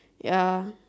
ya